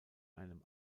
einem